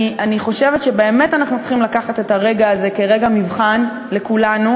אני חושבת שבאמת אנחנו צריכים לקחת את הרגע הזה כרגע מבחן לכולנו,